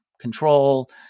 control